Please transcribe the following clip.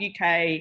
UK